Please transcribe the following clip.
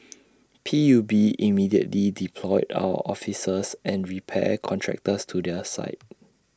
P U B immediately deployed our officers and repair contractors to their site